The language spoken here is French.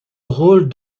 rôle